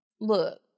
look